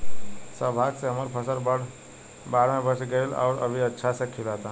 सौभाग्य से हमर फसल बाढ़ में बच गइल आउर अभी अच्छा से खिलता